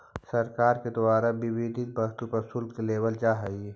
सरकार के द्वारा विविध वस्तु पर शुल्क लेवल जा हई